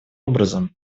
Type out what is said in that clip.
образом